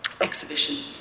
exhibition